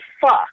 fuck